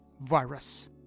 virus